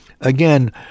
Again